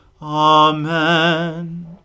Amen